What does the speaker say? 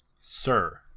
Sir